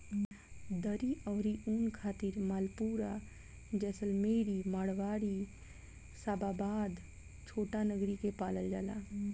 दरी अउरी ऊन खातिर मालपुरा, जैसलमेरी, मारवाड़ी, शाबाबाद, छोटानगरी के पालल जाला